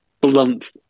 blunt